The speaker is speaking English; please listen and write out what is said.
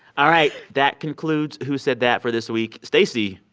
all right. that concludes who said that for this week. stacey,